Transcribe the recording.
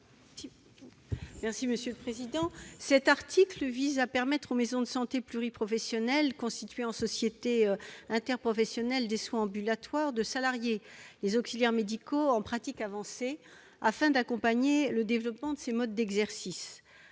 Cohen, sur l'article. Cet article vise à permettre aux maisons de santé pluriprofessionnelles constituées en sociétés interprofessionnelles de soins ambulatoires de salarier des auxiliaires médicaux en pratique avancée, afin d'accompagner le développement de ce mode d'exercice.